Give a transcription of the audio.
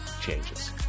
changes